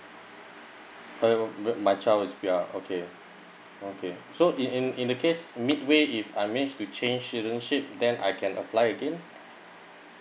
uh my my child is P_R okay okay so in in in the case mid way if I manage to change citizenship then I can apply again